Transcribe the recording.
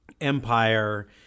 empire